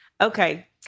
Okay